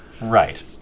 Right